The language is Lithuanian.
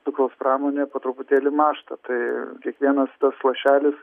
cukraus pramonė po truputėlį mąžta tai kiekvienas tas lašelis